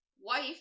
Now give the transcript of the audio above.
wife